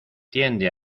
tiende